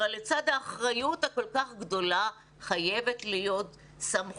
אבל לצד האחריות הכול כך גדולה חייבת להיות סמכות,